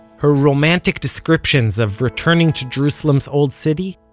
her romantic descriptions of returning to jerusalem's old city,